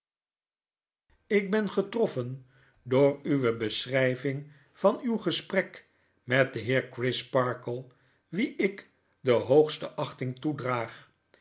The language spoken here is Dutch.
ik ben getroffen door uwe beschrijving van uw gesprek met den heer crisparkle wien ik de hoogste achting toedraag